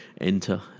enter